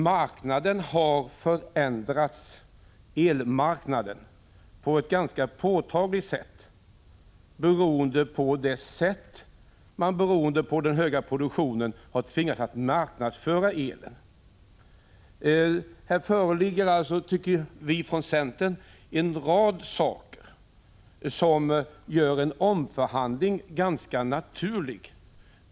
Dessutom har elmarknaden förändrats påtagligt beroende på att den höga produktionen tvingat fram en annorlunda marknadsföring. Här föreligger alltså, menar vi från centern, en rad förhållanden som gör en omförhandling ganska naturlig.